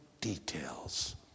details